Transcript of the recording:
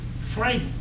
Frank